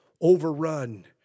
overrun